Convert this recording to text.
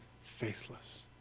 faithless